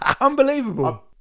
Unbelievable